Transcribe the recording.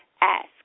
ask